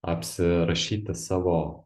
apsirašyti savo